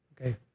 Okay